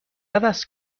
عوض